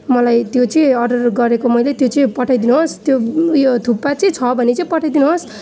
मलाई त्यो चाहिँ अर्डर गरेको मैले त्यो चाहिँ पठाइदिनुहोस् त्यो ऊ यो थुक्पा चाहिँ छ भने चाहिँ पठाइदिनुहोस्